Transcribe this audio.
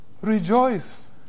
Rejoice